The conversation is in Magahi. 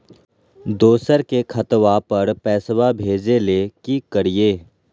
दोसर के खतवा पर पैसवा भेजे ले कि करिए?